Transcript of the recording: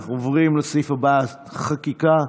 עוברים לסעיף הבא, חקיקה: